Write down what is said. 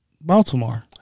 Baltimore